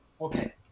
okay